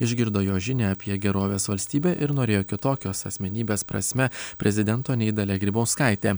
išgirdo jo žinią apie gerovės valstybę ir norėjo kitokios asmenybės prasme prezidento nei dalia grybauskaitė